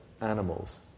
animals